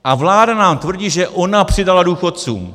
A vláda nám tvrdí, že ona přidala důchodcům.